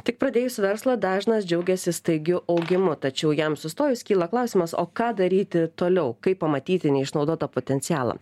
tik pradėjus verslą dažnas džiaugiasi staigiu augimu tačiau jam sustojus kyla klausimas o ką daryti toliau kaip pamatyti neišnaudotą potencialą